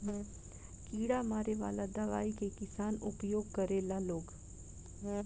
कीड़ा मारे वाला दवाई के किसान उपयोग करेला लोग